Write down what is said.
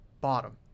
Bottom